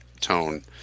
tone